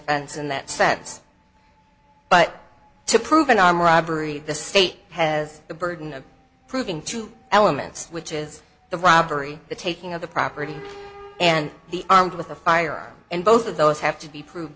offense in that sense but to prove an armed robbery the state has the burden of proving two elements which is the robbery the taking of the property and the armed with a firearm and both of those have to be proved